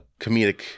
comedic